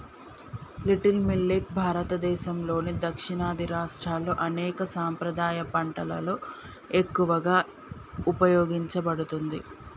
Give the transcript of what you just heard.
little millet భారతదేసంలోని దక్షిణాది రాష్ట్రాల్లో అనేక సాంప్రదాయ పంటలలో ఎక్కువగా ఉపయోగించబడుతుంది